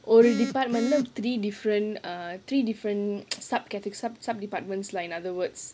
ஒரு:oru department lah three different err three different sub cate~ sub departments lah in other words